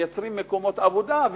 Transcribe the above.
הם מייצרים מקומות עבודה,